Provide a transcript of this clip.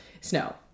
snow